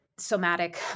somatic